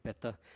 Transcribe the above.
better